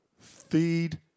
Feed